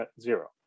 zero